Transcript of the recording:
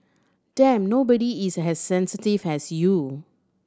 Damn nobody is as sensitive as you